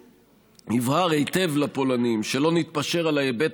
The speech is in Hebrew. הובהר היטב לפולנים שלא נתפשר על ההיבט